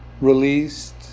released